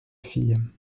fille